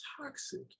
toxic